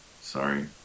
Sorry